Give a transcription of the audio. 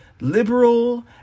liberal